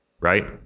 right